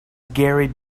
gary